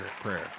Prayer